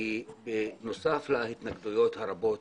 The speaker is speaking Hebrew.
בנוסף להתנגדויות הרבות